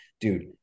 dude